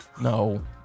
No